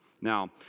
Now